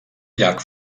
llarg